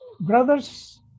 brothers